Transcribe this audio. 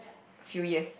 few years